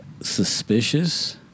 Suspicious